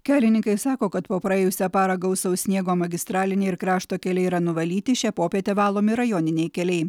kelininkai sako kad po praėjusią parą gausaus sniego magistraliniai ir krašto keliai yra nuvalyti šią popietę valomi rajoniniai keliai